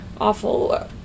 awful